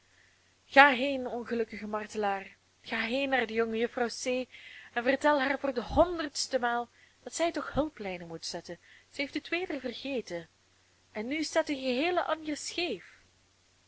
ga heen ongelukkig martelaar ga heen naar de jongejuffrouw c en vertel haar voor de honderdste maal dat zij toch hulplijnen moet zetten zij heeft het weder vergeten en nu staat de geheele anjer scheef